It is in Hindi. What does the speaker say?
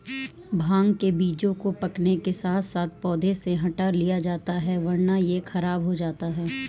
भांग के बीजों को पकने के साथ साथ पौधों से हटा लिया जाता है वरना यह खराब हो जाता है